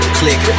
click